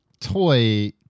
toy